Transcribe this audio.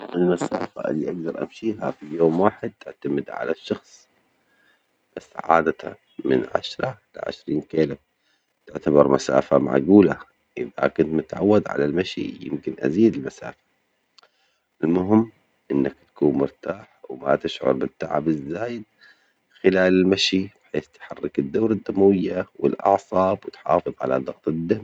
المسافة الأجدر أمشيها في يوم واحد تعتمد على الشخص، بس عادة من عشرة لعشرين كيلو يعتبر مسافة معجولة، إذا كنت متعود على المشي يمكن أزيد المسافة، المهم إنك تكون مرتاح مرتاح وماتشعر بالتعب الزايد خلال المشي، لتحرك الدورة الدموية والأعصاب وتحافظ على ضغط الدم.